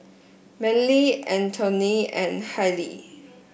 Manly Anthoney and Hailie